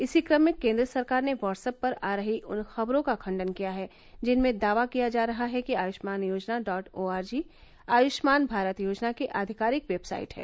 इसी क्रम में केन्द्र सरकार ने व्हाट्स एप पर आ रही उन खबरों का खण्डन किया है जिनमें दावा किया जा रहा है कि आयुष्मान योजना डॉट ओआरजी आयुष्मान भारत योजना की आधिकारिक वेबसाइट है